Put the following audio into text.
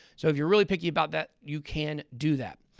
so if you're really picky about that, you can do that.